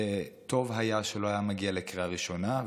שטוב היה שלא היה מגיע לקריאה ראשונה,